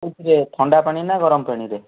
କୋଉଥିରେ ଥଣ୍ଡାପାଣି ନା ଗରମ ପାଣିରେ